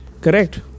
Correct